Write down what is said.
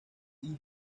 hija